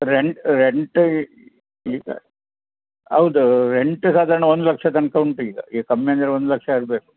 ರೆನ್ rent ಈಗ ಹೌದು rent ಸಾಧಾರಣ ಒಂದು ಲಕ್ಷದ ತನಕ ಉಂಟು ಈಗ ಈಗ ಕಮ್ಮಿಯಂದರೆ ಒಂದು ಲಕ್ಷ ಇರಬೇಕು